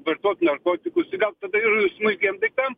vartot narkotikus tai gal tada ir smulkiem daiktam